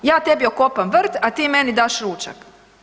A tebi okopam vrt, a ti meni daš ručak.